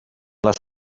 les